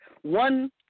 one